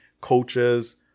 coaches